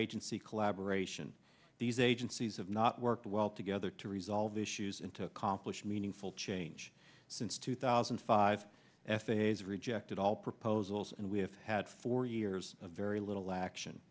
agency collaboration these agencies have not worked well together to resolve issues into complicated meaningful change since two thousand and five f a s rejected all proposals and we have had four years of very little action